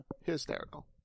Hysterical